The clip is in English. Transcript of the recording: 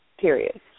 Period